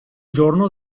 giorno